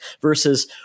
versus